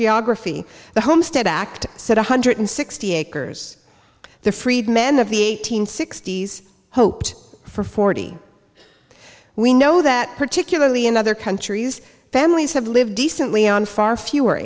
geography the homestead act said one hundred and sixty acres the freed men of the eight hundred sixty s hoped for forty we know that particularly in other countries families have lived decently on far fewer